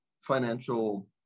financial